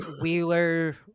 Wheeler